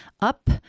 up